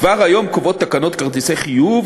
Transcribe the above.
כבר היום קובעות תקנות כרטיסי חיוב